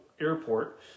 airport